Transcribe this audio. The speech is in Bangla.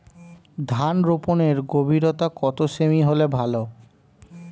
ধান রোপনের গভীরতা কত সেমি হলে ভালো?